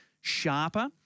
sharper